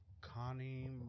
connie